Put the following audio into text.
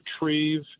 retrieve